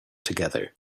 together